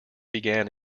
began